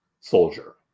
soldier